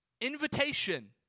invitation